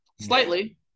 Slightly